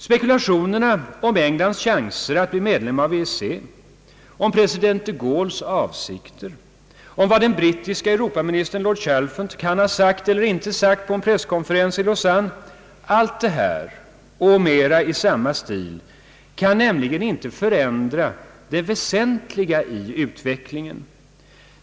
Spekulationerna om Englands chanser att bli medlem av EEC, om president de Gaulles avsikter, om vad den brittiske Europa-ministern lord Chalfont sagt eller inte sagt vid en presskonferens i Lausanne — allt detta och mera i samma stil kan nämligen inte förändra det väsentliga i utvecklingen.